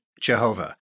Jehovah